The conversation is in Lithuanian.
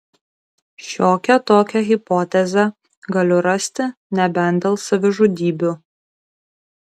šiokią tokią hipotezę galiu rasti nebent dėl savižudybių